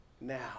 now